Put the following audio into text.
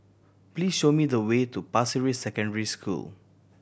please show me the way to Pasir Ris Secondary School